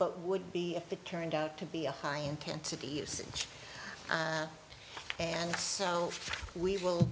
but would be if it turned out to be a high intensity usage and so we will